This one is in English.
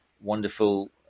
wonderful